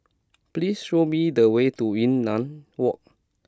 please show me the way to Yunnan Walk